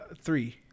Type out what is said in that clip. Three